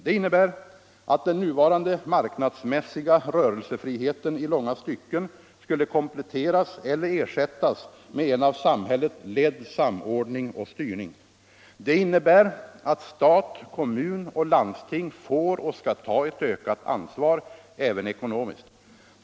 Det innebär att den nuvarande marknadsmässiga rörelsefriheten i långa stycken skulle kompletteras elter ersättas med en av samhället ledd samordning och styrning. Det innebär att stat, kommun och landsting får och skall ta ett ökat ansvar, även ekonomiskt.